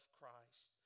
Christ